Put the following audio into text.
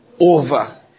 Over